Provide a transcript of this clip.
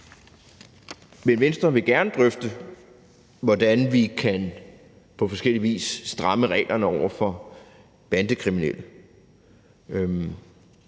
Men Venstre vil gerne drøfte, hvordan vi på forskellig vis kan stramme reglerne over for bandekriminelle.